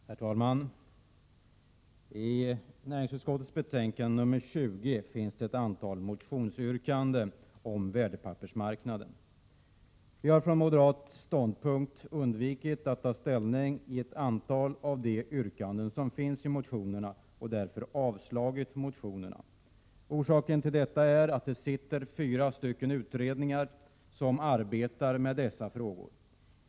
Herr talman! I näringsutskottets betänkande 20 finns ett antal motionsyrkanden om värdepappersmarknaden. Vi har från moderat ståndpunkt undvikit att ta ställning i ett antal av de yrkanden som finns i motionerna och därför avstyrkt dem. Orsaken är att fyra utredningar arbetar med dessa frågor.